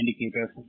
indicators